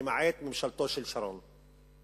למעט ממשלתו של שרון.